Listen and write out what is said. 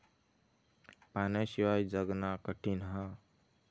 पाण्याशिवाय जगना कठीन हा